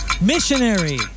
Missionary